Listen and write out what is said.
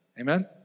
Amen